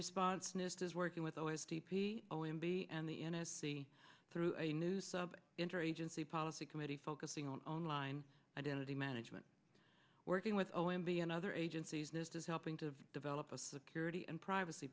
response nist is working with always d p o m b and the n s c through a new sub interagency policy committee focusing on line identity management working with o m b and other agencies this is helping to develop a security and privacy